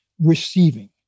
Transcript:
receiving